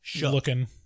looking